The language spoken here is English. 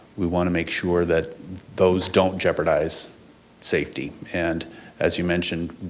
we wanna make sure that those don't jeopardize safety, and as you mentioned,